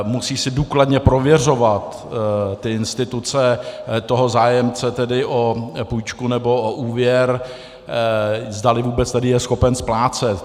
Musí si důkladně prověřovat ty instituce zájemce o půjčku nebo o úvěr, zdali vůbec je schopen splácet.